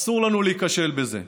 אסור לנו להיכשל בזה.